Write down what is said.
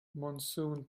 monsoon